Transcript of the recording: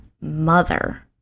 mother